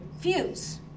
fuse